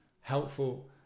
helpful